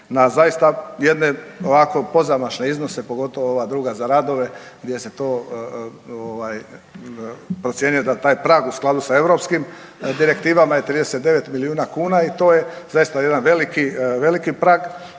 na zaista jedne ovako pozamašne iznose pogotovo ova druga za radove gdje se to procjenjuje da taj prag u skladu sa europskim direktivama je 39 milijuna kuna i to je zaista jedan veliki prag